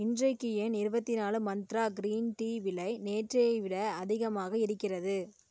இன்றைக்கு ஏன் இருபத்தி நாலு மந்த்ரா கிரீன் டீ விலை நேற்றைய விட அதிகமாக இருக்கிறது